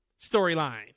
storyline